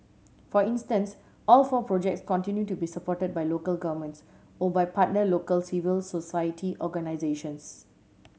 for instance all four projects continue to be supported by local governments or by partner local civil society organisations